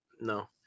No